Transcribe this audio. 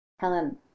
Helen